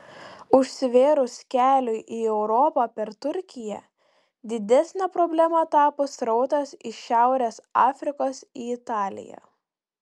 užsivėrus keliui į europą per turkiją didesne problema tapo srautas iš šiaurės afrikos į italiją